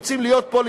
הם רוצים להיות פה,